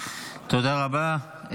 תודה רבה.